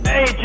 Hey